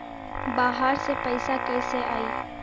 बाहर से पैसा कैसे आई?